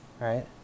Right